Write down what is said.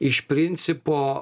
iš principo